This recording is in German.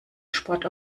sport